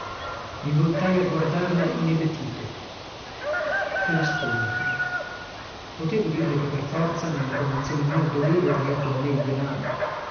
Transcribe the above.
i voltai a guardarla inebetito che risponderle potevo dirle che per forza nella condizione mia dovevo tener con me il denaro